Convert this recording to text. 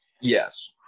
Yes